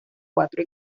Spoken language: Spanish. cuatro